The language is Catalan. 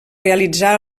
realitzar